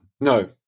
No